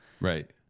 right